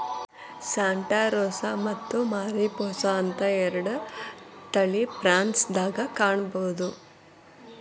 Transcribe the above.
Santa Rosa ಮತ್ತ Mariposa ಅಂತ ಎರಡು ತಳಿ ಪ್ರುನ್ಸ್ ದಾಗ ಕಾಣಬಹುದ